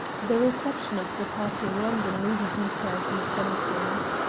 the reception of the party in london may be detailed in a sentence.